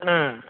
ஆ